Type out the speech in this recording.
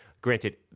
granted